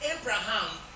Abraham